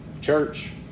church